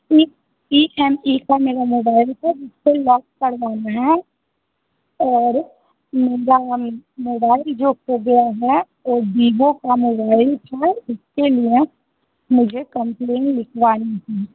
ई ई एम ई सर मेरा मोबाईल को ब्लॉक करवाना है और मेरा मोबाईल जो खो गया है वो विवों का मोबाईल था इसके लिये मुझे कंप्लेन लिखवानी थी